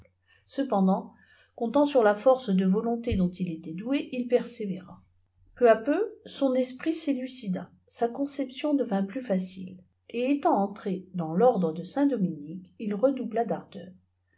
cependant comptant sur la force de volonté dont ilétait doué il persévéra peu à peu èon esprit s'élucida sa conception devint plus facile et étant entré dans l'ordre de saint-dominique il redoubla d'ardeur